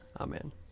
Amen